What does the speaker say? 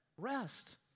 rest